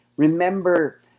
Remember